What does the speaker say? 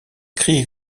cris